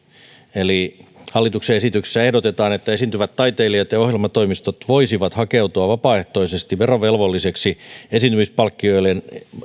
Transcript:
hallituksen esityksessä ehdotetaan että esiintyvät taiteilijat ja ja ohjelmatoimistot voisivat hakeutua vapaaehtoisesti verovelvolliseksi esiintymispalkkioiden